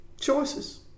choices